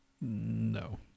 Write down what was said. No